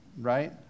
right